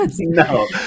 No